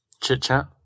chit-chat